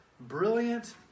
brilliant